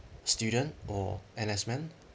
student or N_S men